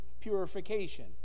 purification